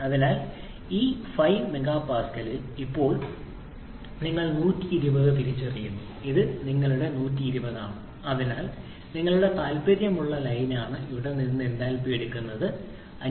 അതിനാൽ ഈ 5 എംപിഎയിൽ ഇപ്പോൾ നിങ്ങൾ 120 തിരിച്ചറിയുന്നു ഇത് നിങ്ങളുടെ 120 ആണ് അതിനാൽ നിങ്ങളുടെ താൽപ്പര്യമുള്ള ലൈനാണ് അവിടെ നിന്ന് നിങ്ങൾ എന്തൽപി എടുക്കുന്നത് 507